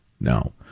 no